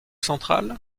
centrale